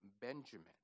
Benjamin